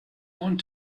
want